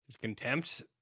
Contempt